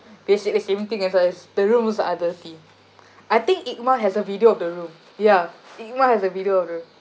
they said the same thing as us the room was uh dirty I think ikma has a video of the room ya ikma has a video of the room